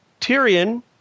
Tyrion